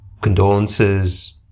condolences